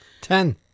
Ten